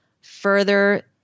further